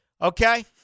okay